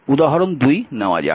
এখন উদাহরণ 2 নেওয়া যাক